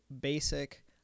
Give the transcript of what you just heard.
basic